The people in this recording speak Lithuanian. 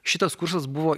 šitas kursas buvo